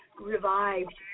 revived